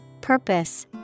Purpose